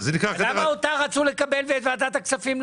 למה הם רצו לקבל אותה ולא את ועדת הכספים?